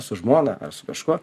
su žmona ar su kažkuo